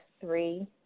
three